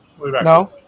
No